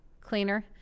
cleaner